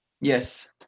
yes